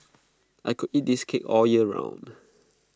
I could eat this cake all year round